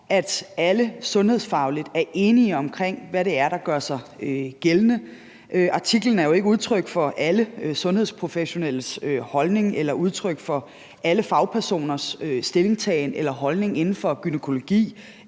at alle sundhedsfagligt er enige om, hvad det er, der gør sig gældende. Artiklen er jo ikke udtryk for alle sundhedsprofessionelles holdning eller udtryk for alle fagpersoners stillingtagen eller holdning inden for gynækologi